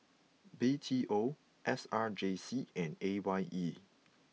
B T O S R J C and A Y E